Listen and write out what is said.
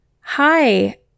hi